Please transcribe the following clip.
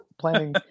planning